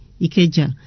Ikeja